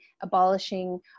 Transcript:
abolishing